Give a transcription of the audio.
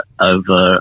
over